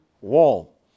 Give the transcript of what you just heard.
wall